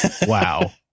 Wow